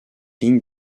lignes